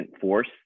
force